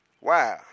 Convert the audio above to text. Wow